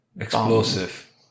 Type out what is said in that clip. explosive